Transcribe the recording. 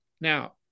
Now